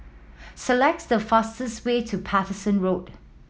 select the fastest way to Paterson Road